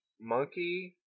monkey